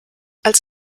als